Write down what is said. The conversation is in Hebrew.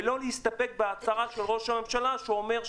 ולא להסתפק בהצהרה של ראש הממשלה שאומר,